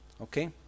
Okay